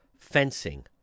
Fencing